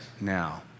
now